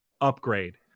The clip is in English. upgrade